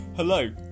Hello